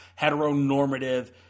heteronormative